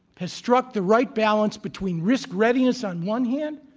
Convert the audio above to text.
has struck the right balance between risk readiness on one hand,